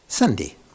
Sunday